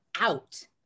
out